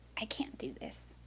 i can't do this.